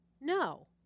No